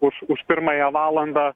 už už pirmąją valandą